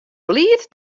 bliid